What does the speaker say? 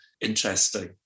interesting